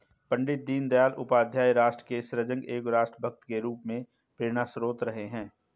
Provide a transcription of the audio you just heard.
पण्डित दीनदयाल उपाध्याय राष्ट्र के सजग व राष्ट्र भक्त के रूप में प्रेरणास्त्रोत रहे हैं